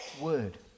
word